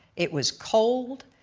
it was cold,